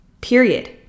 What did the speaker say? period